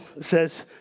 says